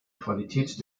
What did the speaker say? qualität